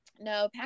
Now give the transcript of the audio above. No